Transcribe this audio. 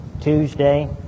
Tuesday